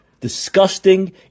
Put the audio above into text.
disgusting